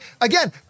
again